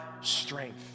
strength